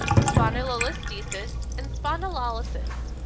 spondylolisthesis, and spondylolysis.